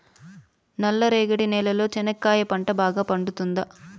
నల్ల రేగడి నేలలో చెనక్కాయ పంట బాగా పండుతుందా?